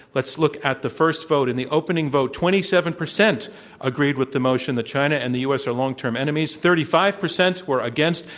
let's look at the first vote. in the opening vote, twenty seven percent agreed with the motion that china and the u. s. are long-term enemies. thirty five percent were against.